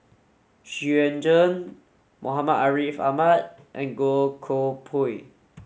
Xu Yuan Zhen Muhammad Ariff Ahmad and Goh Koh Pui